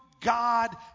God